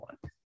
one